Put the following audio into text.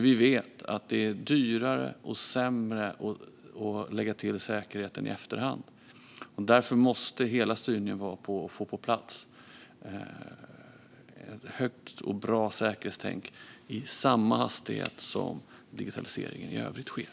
Vi vet att det är dyrare och sämre att lägga till säkerheten i efterhand. Därför måste hela styrningen finnas på plats. Det ska vara ett högt och bra säkerhetstänk i samma hastighet som digitaliseringen sker i övrigt.